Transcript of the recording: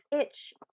itch